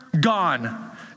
Gone